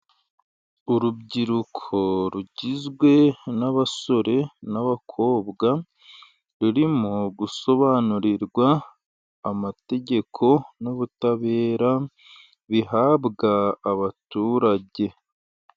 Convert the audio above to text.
Urubyiruko rugizwe n'abasore n'abakobwa, rurimo gusobanurirwa amategeko n'ubutabera, bihabwa abaturage.